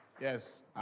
yes